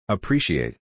Appreciate